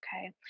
Okay